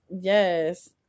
Yes